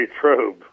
Trobe